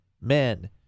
men